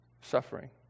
suffering